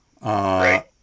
Right